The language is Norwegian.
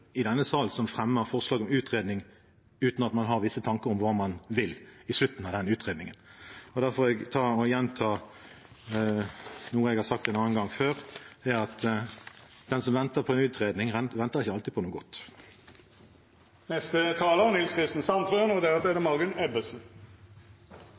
i denne sal som fremmer forslag om utredning uten at man har visse tanker om hva man vil i slutten av den utredningen. Og da får jeg ta og gjenta noe jeg har sagt en annen gang før: Den som venter på en utredning, venter ikke alltid på noe godt. Johan Castberg sa at fellesskapet er